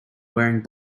wearing